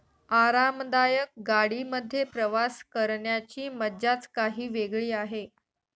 आरामदायक गाडी मध्ये प्रवास करण्याची मज्जाच काही वेगळी आहे